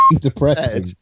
depressing